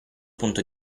punto